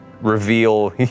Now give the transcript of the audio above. reveal